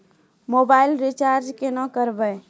Mobile recharge केना करबै?